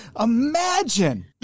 imagine